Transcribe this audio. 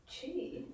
Cheese